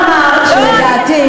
המצב שאת מתארת לא ייתכן.